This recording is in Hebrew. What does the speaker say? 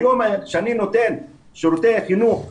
היום כשאני נותן שירותי חינוך לרובארה,